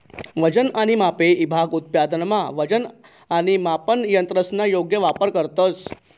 वजन आणि मापे ईभाग उत्पादनमा वजन आणि मापन यंत्रसना योग्य वापर करतंस